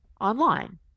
online